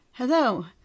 Hello